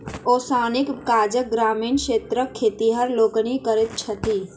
ओसौनीक काज ग्रामीण क्षेत्रक खेतिहर लोकनि करैत छथि